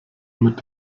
mit